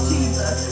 Jesus